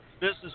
business